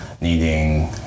needing